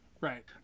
Right